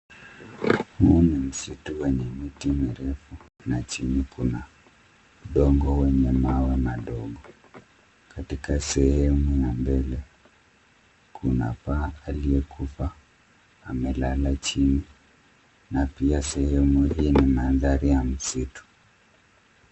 Huu ni msitu wenye miti mirefu na chini kuna udongo wenye mawe madogo. Katika sehemu ya mbele kuna paa aliyekufa amelala chini na pia sehemu hii ni mandhari ya msitu.